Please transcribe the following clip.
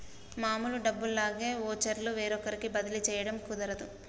మామూలు డబ్బుల్లాగా వోచర్లు వేరొకరికి బదిలీ చేయడం కుదరదు